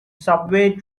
subway